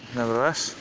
Nevertheless